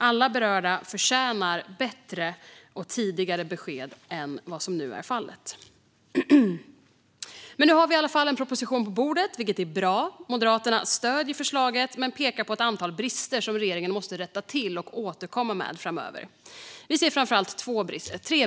Alla berörda förtjänar bättre och tidigare besked än så. Nu har vi i alla fall en proposition på bordet, vilket är bra. Moderaterna stöder förslaget men pekar på ett antal brister som regeringen måste rätta till och återkomma om framöver. Vi ser framför allt tre brister.